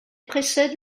précède